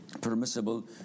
permissible